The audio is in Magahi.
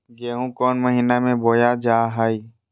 गेहूँ कौन महीना में बोया जा हाय?